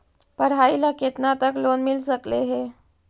पढाई ल केतना तक लोन मिल सकले हे?